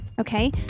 okay